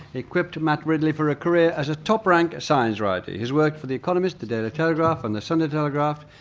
equipped matt ridley for a career as a top-rank science writer. he has worked for the economist, the daily telegraph and the sunday telegraph.